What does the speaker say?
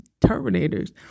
Terminators